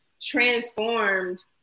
transformed